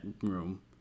room